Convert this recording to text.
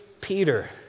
Peter